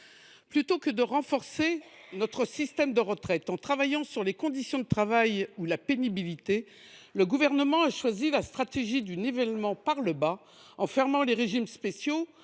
Plutôt que de renforcer notre système de retraite en travaillant sur les conditions de travail ou la pénibilité, le Gouvernement a choisi la stratégie du nivellement par le bas en fermant les régimes spéciaux,